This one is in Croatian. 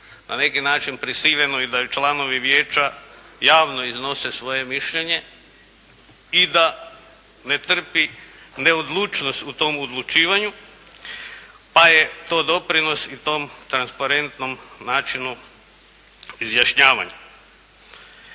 na neki način prisiljeno da i članovi vijeća javno iznose svoje mišljenje i da ne trpi neodlučnost u tom odlučivanju, pa je to doprinos i tom transparentnom načinu izjašnjavanja.